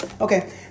okay